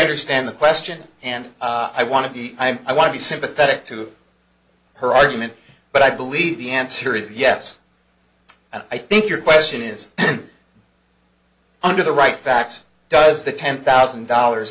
understand the question and i want to be i'm i want to be sympathetic to her argument but i believe the answer is yes and i think your question is under the right facts does the ten thousand dollars